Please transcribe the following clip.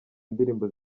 indirimbo